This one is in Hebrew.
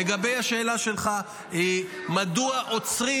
לגבי השאלה שלך מדוע עוצרים.